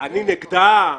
אני נגדה,